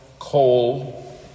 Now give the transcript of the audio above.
Coal